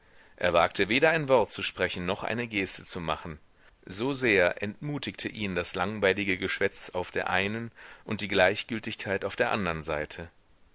er wagte weder ein wort zu sprechen noch eine geste zu machen so sehr entmutigte ihn das langweilige geschwätz auf der einen und die gleichgültigkeit auf der andern seite